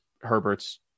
herbert's